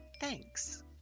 Thanks